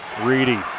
Reedy